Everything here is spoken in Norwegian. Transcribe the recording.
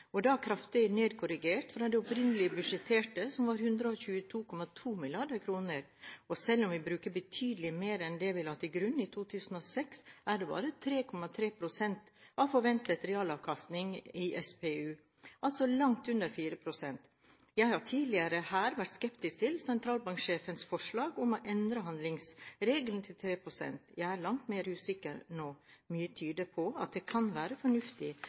og da kraftig nedkorrigert fra det opprinnelig budsjetterte, som var 122,2 mrd. kr. Og selv om vi bruker betydelig mer enn det vi la til grunn i 2006, er det bare 3,3 pst. av forventet realavkastning av Statens pensjonsfond utland, altså langt under 4 pst. Jeg har tidligere vært skeptisk til sentralbanksjefens forslag om å endre handlingsregelen til 3 pst. Jeg er langt mer usikker nå. Mye tyder på at det kan være fornuftig.